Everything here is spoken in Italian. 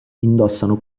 indossano